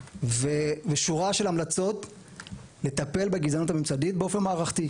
ושורה של המלצות לטפל בגזענות הממסדית באופן מערכתי.